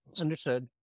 understood